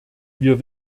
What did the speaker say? wir